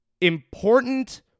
important